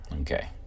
Okay